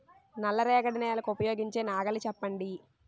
నల్ల రేగడి నెలకు ఉపయోగించే నాగలి చెప్పండి?